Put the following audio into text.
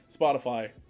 Spotify